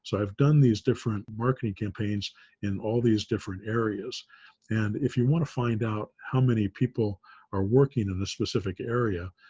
so i've done these different marketing campaigns in all these different areas and if you want to find out how many people are working in a specific area,